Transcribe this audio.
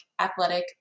athletic